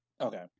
Okay